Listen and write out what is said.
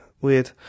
Weird